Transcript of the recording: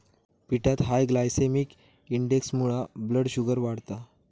पिठात high glycaemic इंडेक्समुळा blood sugar वाढता